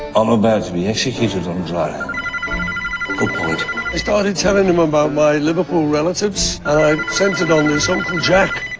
i'm about to be executed on dry land good point i started telling him about my liverpool relatives and i sent it on this uncle jack.